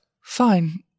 Fine